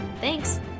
Thanks